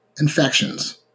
infections